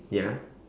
ya